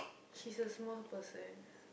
she is a small person